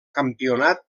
campionat